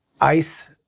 ice